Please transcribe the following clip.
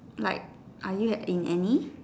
like are you in any